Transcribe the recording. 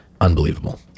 unbelievable